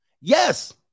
Yes